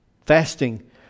Fasting